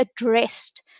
addressed